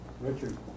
Richard